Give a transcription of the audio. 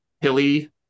hilly